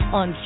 on